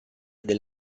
del